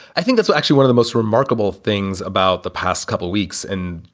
i think that's actually one of the most remarkable things about the past couple of weeks. and,